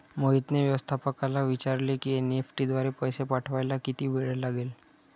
मोहितने व्यवस्थापकाला विचारले की एन.ई.एफ.टी द्वारे पैसे पाठवायला किती वेळ लागेल